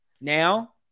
Now